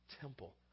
temple